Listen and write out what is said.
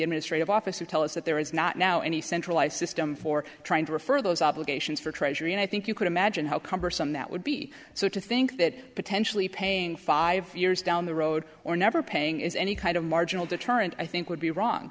administrative office and tell us that there is not now any centralized system for trying to refer those obligations for treasury and i think you could imagine how cumbersome that would be so to think that potentially paying five years down the road or never paying is any kind of marginal deterrent i think would be wrong